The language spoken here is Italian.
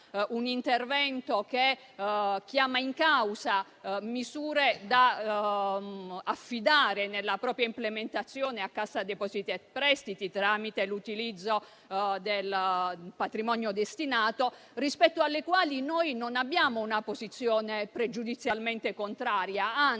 un intervento che chiama in causa misure da affidare, nella propria implementazione, a Cassa depositi e prestiti tramite l'utilizzo del patrimonio destinato. Rispetto a queste noi non abbiamo una posizione pregiudizialmente contraria;